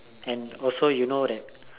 and also you know that